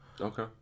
Okay